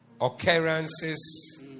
occurrences